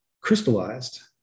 crystallized